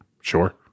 Sure